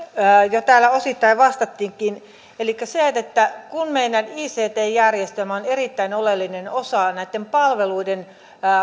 jo täällä osittain vastattiinkin elikkä kun meidän ict järjestelmät ovat erittäin oleellinen osa näitten palveluiden